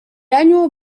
annual